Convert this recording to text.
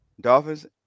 Dolphins